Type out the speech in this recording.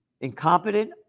incompetent